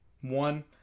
One